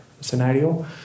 scenario